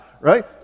right